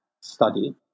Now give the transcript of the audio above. study